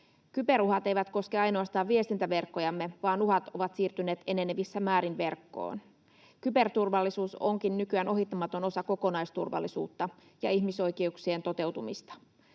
Kyberuhat eivät koske ainoastaan viestintäverkkojamme, vaan uhat ovat siirtyneet enenevissä määrin verkkoon. Kyberturvallisuus onkin nykyään ohittamaton osa kokonaisturvallisuutta ja ihmisoikeuksien toteutumista.